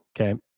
Okay